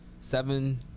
seven